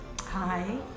Hi